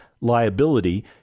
liability